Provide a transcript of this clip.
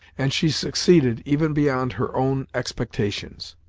and she succeeded even beyond her own expectations.